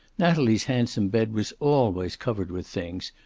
natalie's handsome bed was always covered with things,